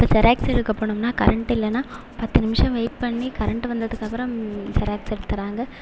இப்போ ஜெராக்ஸ் எடுக்க போனோம்னால் கரெண்ட் இல்லைனா பத்து நிமிடம் வெயிட் பண்ணி கரெண்ட் வந்ததுக்கு அப்புறம் ஜெராக்ஸ் எடுத்து தர்றாங்க